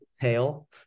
tail